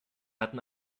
hatten